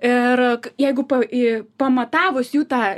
ir jeigu į pamatavus jų tą